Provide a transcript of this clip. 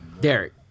Derek